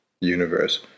universe